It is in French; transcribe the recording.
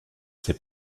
ses